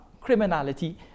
criminality